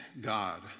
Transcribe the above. God